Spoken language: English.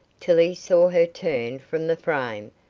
till he saw her turn from the frame,